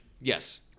Yes